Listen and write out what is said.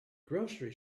grocery